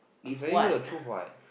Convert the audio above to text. I'm telling you the truth what